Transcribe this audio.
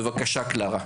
בבקשה, קלרה.